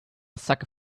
sucker